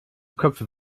köpfe